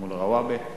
מול רוואבי.